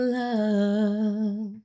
love